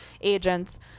agents